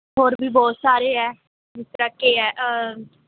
ਹੋਰ ਵੀ ਬਹੁਤ ਸਾਰੇ ਹੈ ਜਿਸ ਤਰ੍ਹਾਂ ਕਿ ਹੈ